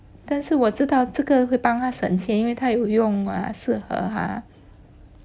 但是我知道这个会帮他省钱因为他有用吗适合他